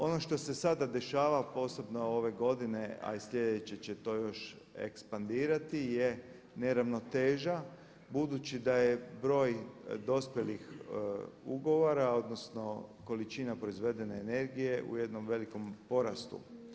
Ono što se sada dešava, posebno ove godine a i sljedeće će to još ekspandirati je neravnoteža budući da je broj dospjelih ugovora, odnosno količina proizvedene energije u jednom velikom porastu.